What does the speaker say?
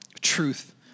truth